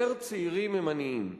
יותר צעירים הם עניים.